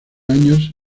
años